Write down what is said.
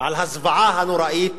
על הזוועה הנוראית,